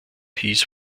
hieß